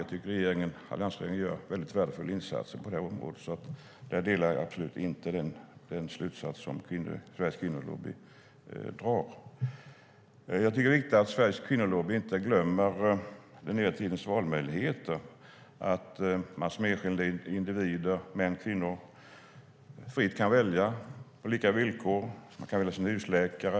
Jag tycker att regeringen gör mycket värdefulla insatser på detta område. Där delar jag absolut inte den slutsats som Svensk Kvinnolobby drar. Det är viktigt att Sveriges Kvinnolobby inte glömmer den nya tidens valmöjligheter och att enskilda individer - män och kvinnor - fritt kan välja på lika villkor. Man kan välja sin husläkare.